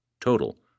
Total